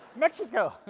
mexico!